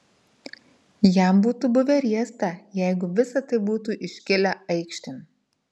jam būtų buvę riesta jeigu visa tai būtų iškilę aikštėn